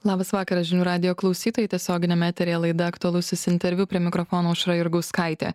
labas vakaras žinių radijo klausytojai tiesioginiame eteryje laida aktualusis interviu prie mikrofono aušra jurgauskaitė